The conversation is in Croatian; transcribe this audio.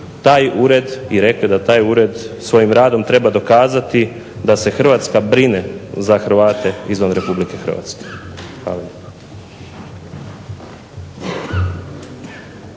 taj ured i rekli da taj ured svojim radom treba dokazati da se Hrvatska brine za Hrvate izvan Republike Hrvatske. Hvala